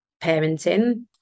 parenting